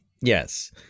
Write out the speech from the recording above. Yes